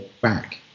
back